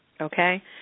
okay